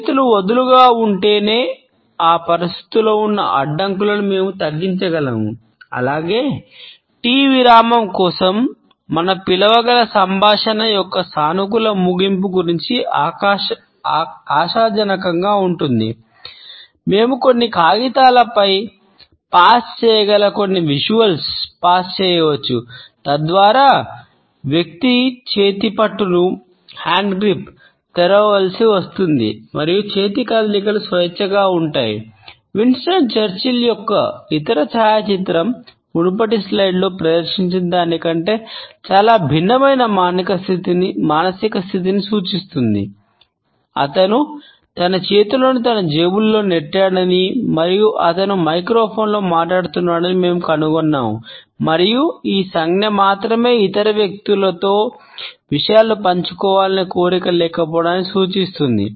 చేతులు వదులుగా ఉంటేనే ఆ పరిస్థితిలో ఉన్న అడ్డంకులను మేము తగ్గించగలము అలాగే టీ మాట్లాడుతున్నాడని మేము కనుగొన్నాము మరియు ఈ సంజ్ఞ మాత్రమే ఇతర వ్యక్తులతో విషయాలను పంచుకోవాలనే కోరిక లేకపోవడాన్ని సూచిస్తుంది